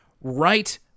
right